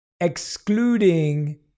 excluding